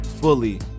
fully